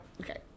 okay